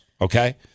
Okay